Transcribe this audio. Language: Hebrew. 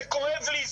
זה כואב לי,